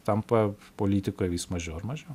tampa politikoj vis mažiau ir mažiau